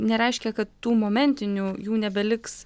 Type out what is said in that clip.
nereiškia kad tų momentinių jų nebeliks